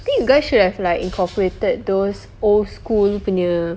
I think you guys should've like incorporated those old school punya